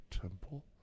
temple